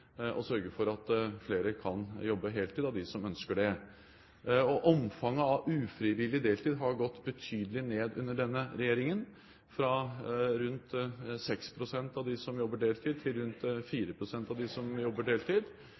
kan jobbe heltid av dem som ønsker det. Omfanget av ufrivillig deltid har gått betydelig ned under denne regjeringen, fra rundt 6 pst. av dem som jobber deltid, til rundt 4 pst. av dem som jobber deltid.